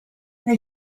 they